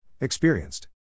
Experienced